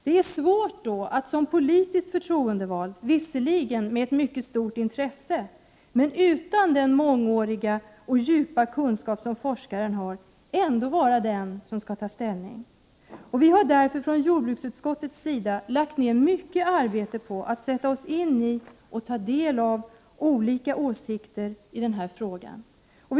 Det är därför svårt att som politiskt förtroendevald — visserligen med ett mycket stort intresse, men utan den mångåriga och djupa kunskap som forskaren har — vara den som skall ta ställning. Vii jordbruksutskottet har därför lagt ned mycket arbete på detta, just för att sätta oss in i och ta del av olika ställningstaganden.